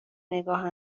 نگاه